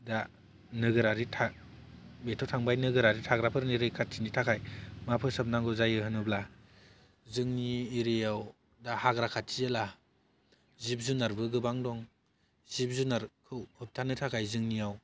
दा नोगोरारि बेथ' थांबाय नोगोरारि थाग्राफोरनि रैखाथिनि थाखाय मा फोसाबनांगौ जायो होनोब्ला जोंनि एरियायाव दा हाग्रा खाथि जेला जिब जुनारबो गोबां दं जिब जुनारखौ होबथानो थाखाय जोंनियाव